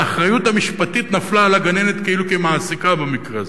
האחריות המשפטית נפלה על הגננת כמעסיקה במקרה הזה.